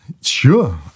Sure